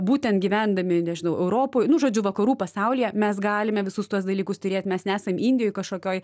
būtent gyvendami nežinau europoj nu žodžiu vakarų pasaulyje mes galime visus tuos dalykus turėti mes nesam indijoj kažkokioj